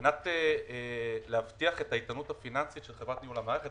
על-מנת להבטיח את האיתנות הפיננסית של חברת ניהול המערכת